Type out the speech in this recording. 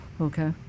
Okay